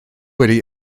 wedi